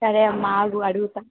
సరే అమ్మా ఆగు అడుగుతాను